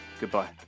goodbye